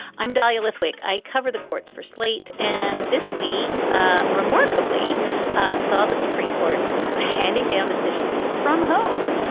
i'm dahlia lithwick. i cover the courts for slate. and this week ah remarkably saw the supreme court handing down decisions from home,